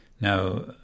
Now